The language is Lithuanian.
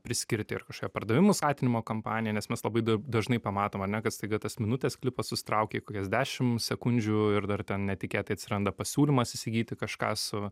priskirti ir kažkokią pardavimų skatinimo kampaniją nes mes labai dažnai pamatom ar ne kad staiga tas minutės klipas susitraukė į kokias dešim sekundžių ir dar ten netikėtai atsiranda pasiūlymas įsigyti kažką su